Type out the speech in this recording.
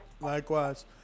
likewise